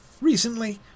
Recently